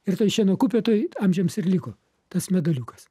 ir toj šieno kupetoj amžiams ir liko tas medaliukas